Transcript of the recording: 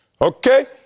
Okay